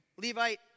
Levite